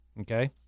Okay